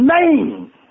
name